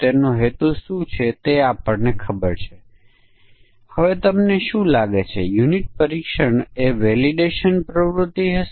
માન્ય વર્ગ પાસે શું સંખ્યા એક ઓડ સંખ્યા છે કે તે એક ઈવન સંખ્યા છે એમ બે સમકક્ષ વર્ગો હશે